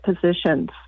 positions